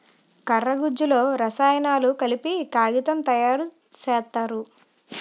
కర్ర గుజ్జులో రసాయనాలు కలిపి కాగితం తయారు సేత్తారు